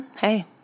Hey